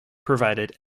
provided